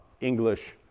English